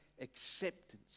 acceptance